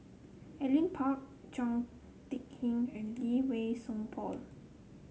Alvin Pang Chao TicK Tin and Lee Wei Song Paul